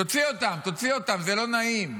תוציא אותם, תוציא אותם, זה לא נעים,